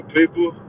people